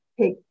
take